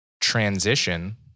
transition